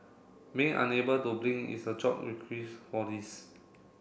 being unable to blink is a job for this